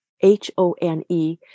h-o-n-e